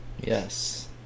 yes